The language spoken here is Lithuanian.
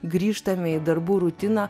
grįžtame į darbų rutiną